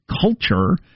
culture